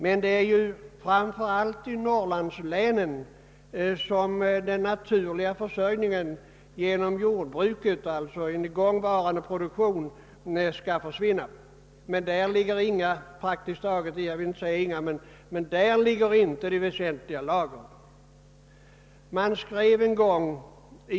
Men det är ju framför allt i Norrlandslänen som jordbruksproduktionen skall upphöra. Där ligger emellertid inte de största lagren.